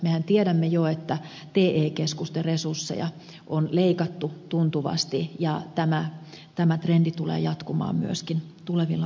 mehän tiedämme jo että te keskusten resursseja on leikattu tuntuvasti ja tämä trendi tulee jatkumaan myöskin tulevina vuosina